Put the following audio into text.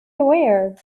aware